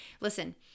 Listen